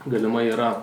galimai yra